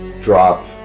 drop